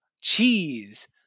cheese